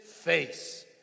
face